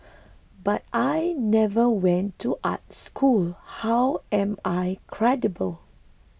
but I never went to art school how am I credible